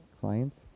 clients